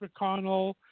McConnell